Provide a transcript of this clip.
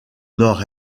nord